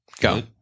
Go